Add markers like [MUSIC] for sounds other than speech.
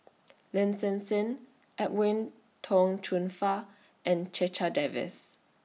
[NOISE] Lin Hsin Hsin Edwin Tong Chun Fai and Checha Davies